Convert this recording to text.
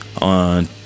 on